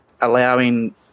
allowing